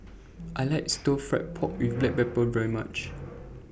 I like Stir Fried Pork with Black Pepper very much